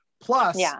Plus